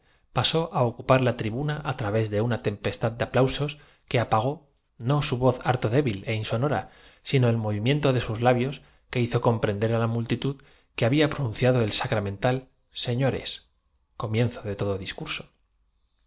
pasó á ocupar la tribuna á través de una tempestad de aplausos que vergüenza su condición civil entre océanos de seda apagó no su voz harto débil é inso nora sino el movimiento de sus labios cascadas de blondas montes de brillantes y nubes de que hizo com cabellos negras unas como de tempestad rubias otras prender á la multitud que había pronunciado el sacra mental señores comienzo de todo